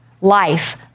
Life